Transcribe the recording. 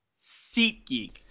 SeatGeek